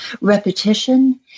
repetition